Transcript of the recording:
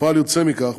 וכפועל יוצא מכך,